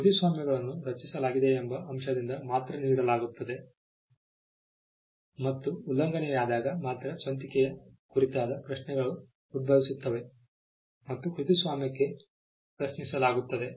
ಕೃತಿಸ್ವಾಮ್ಯಗಳನ್ನು ರಚಿಸಲಾಗಿದೆ ಎಂಬ ಅಂಶದಿಂದ ಮಾತ್ರ ನೀಡಲಾಗುತ್ತದೆ ಮತ್ತು ಉಲ್ಲಂಘನೆಯಾದಾಗ ಮಾತ್ರ ಸ್ವಂತಿಕೆಯ ಕುರಿತಾದ ಪ್ರಶ್ನೆಗಳು ಉದ್ಭವಿಸುತ್ತವೆ ಮತ್ತು ಕೃತಿಸ್ವಾಮ್ಯಕ್ಕೆ ಪ್ರಶ್ನಿಸಲಾಗುತ್ತಿದೆ